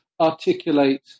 articulate